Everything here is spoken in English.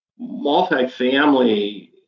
multifamily